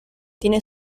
tiene